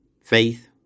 Faith